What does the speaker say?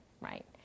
right